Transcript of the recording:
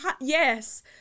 yes